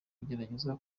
kugerageza